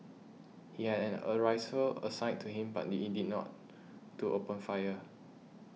he had had a assigned to him but need he did not to open fire